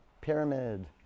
Pyramid